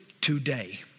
today